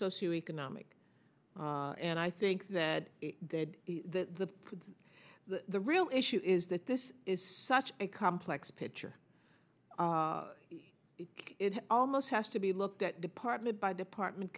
socio economic and i think that the the real issue is that this is such a complex picture it almost has to be looked at department by department